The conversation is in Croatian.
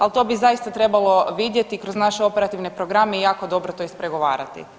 Ali to bi zaista trebalo vidjeti kroz naše operativne programe i jako dobro to ispregovarati.